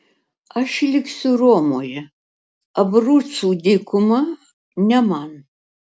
aš liksiu romoje abrucų dykuma ne man